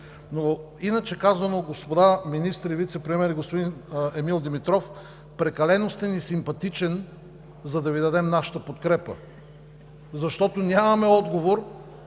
Иначе казано, господа министри, вицепремиери и господин Емил Димитров, прекалено сте ни симпатичен, за да Ви дадем нашата подкрепа, защото нямаме отговор